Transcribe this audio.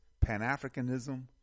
Pan-Africanism